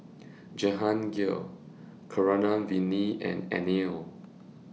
Jehangirr Keeravani and Anil